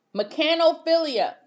mechanophilia